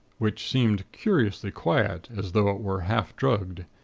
which seemed curiously quiet, as though it were half-drugged.